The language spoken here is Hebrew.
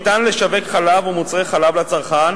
אין אפשרות לשווק חלב ומוצרי חלב לצרכן